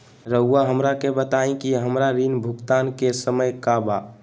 रहुआ हमरा के बताइं कि हमरा ऋण भुगतान के समय का बा?